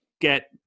get